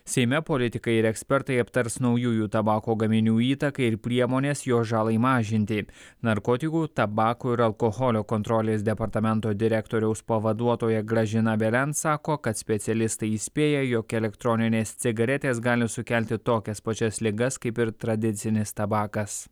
seime politikai ir ekspertai aptars naujųjų tabako gaminių įtaką ir priemonės jo žalai mažinti narkotikų tabako ir alkoholio kontrolės departamento direktoriaus pavaduotoja gražina belen sako kad specialistai įspėja jog elektroninės cigaretės gali sukelti tokias pačias ligas kaip ir tradicinis tabakas